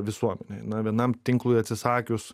visuomenę na vienam tinklui atsisakius